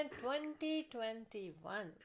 2021